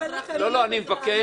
אני מבקש.